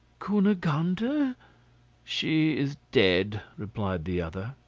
cunegonde? and she is dead, replied the other.